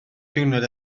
diwrnod